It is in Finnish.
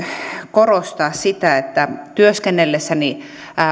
korostaa sitä että työskennellessäni